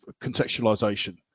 contextualization